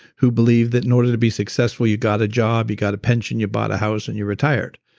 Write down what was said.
who believed that in order to be successful you got a job, you got a pension, you bought a house, and you retired.